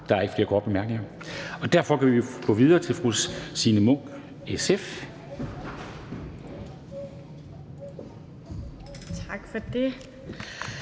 Der er ikke flere korte bemærkninger, og derfor kan vi gå videre til fru Signe Munk, SF. Kl.